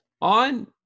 on